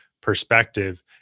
perspective